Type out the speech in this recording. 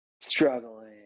struggling